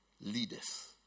leaders